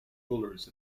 rulers